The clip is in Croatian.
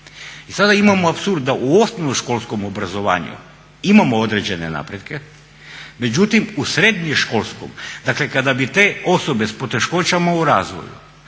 I sada imamo apsurd da u osnovnoškolskom obrazovanju imamo određene napretke, međutim u srednje školskom, dakle kada bi te osobe sa poteškoćama u razvoju